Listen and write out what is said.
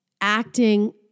acting